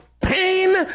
Pain